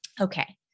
Okay